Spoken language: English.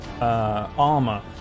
armor